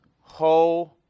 Ho